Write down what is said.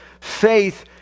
faith